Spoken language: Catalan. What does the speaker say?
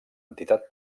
entitat